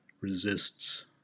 resists